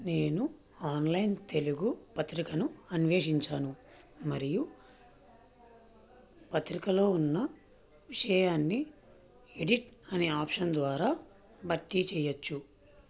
నేను ఆన్లైన్ తెలుగు పత్రికను అన్వేషించాను మరియు పత్రికలో ఉన్న విషయాన్ని ఎడిట్ అనే ఆప్షన్ ద్వారా భర్తీ చెయ్యొచ్చు